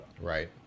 Right